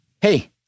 Hey